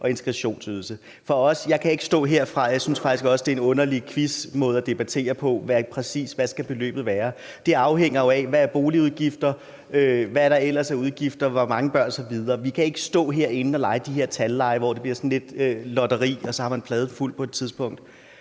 og integrationsydelsen tilbage. Jeg synes faktisk også, det er en underlig quizagtig måde at debattere på at diskutere, præcis hvad beløbet skal være. Det afhænger jo af, hvad der er af boligudgifter, og hvad der ellers er af udgifter, hvor mange børn der er osv. Vi kan ikke stå herinde og lege de her tallege, hvor det bliver sådan lidt et lotteri, og så har man pladen fuld på et tidspunkt.